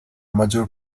maggior